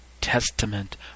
Testament